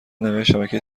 نوشتشبکه